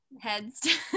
heads